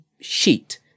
sheet